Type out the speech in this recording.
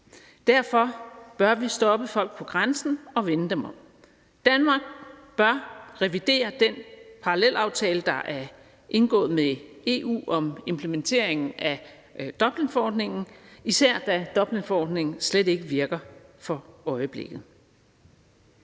Derfor bør vi stoppe folk på grænsen og vende dem om. Danmark bør revidere den parallelaftale, der er indgået med EU, om implementeringen af Dublinforordningen, især da Dublinforordningen slet ikke virker for øjeblikket.